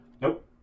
Nope